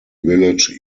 village